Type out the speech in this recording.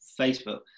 Facebook